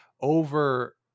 over